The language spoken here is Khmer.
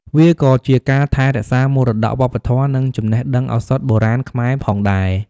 វាក៏ជាការថែរក្សាមរតកវប្បធម៌ និងចំណេះដឹងឱសថបុរាណខ្មែរផងដែរ។